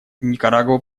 никарагуа